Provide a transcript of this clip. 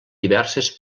diverses